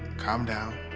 calm down.